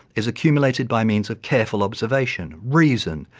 is accumulated by means of careful observation, reason,